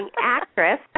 actress